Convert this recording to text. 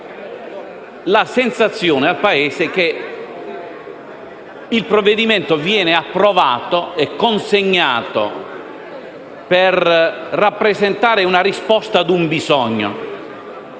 la sensazione al Paese che il provvedimento viene approvato e consegnato per rappresentare la risposta ad un bisogno.